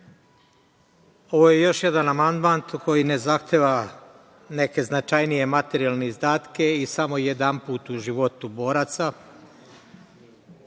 Ovo je još jedan amandman koji ne zahteva neke značajnije materijalne izdatke i samo jedanput u životu boraca.